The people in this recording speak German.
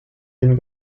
den